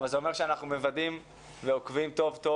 אבל זה אומר שאנחנו מוודאים ועוקבים טוב טוב